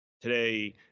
Today